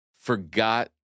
forgot